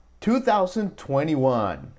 2021